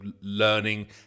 learning